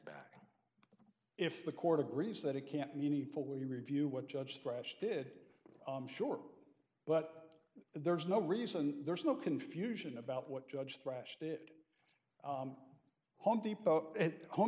back if the court agrees that it can't meaningful where you review what judge thresh did i'm sure but there's no reason there's no confusion about what judge thrashed it home depot